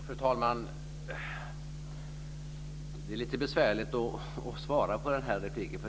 Fru talman! Det är lite besvärligt att svara på detta.